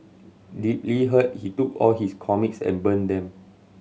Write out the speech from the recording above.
deeply hurt he took all his comics and burnt them